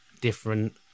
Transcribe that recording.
different